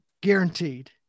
guaranteed